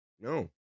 No